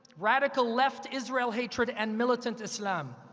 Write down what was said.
radical-left israel hatred, and militant islam.